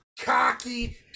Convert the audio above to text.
cocky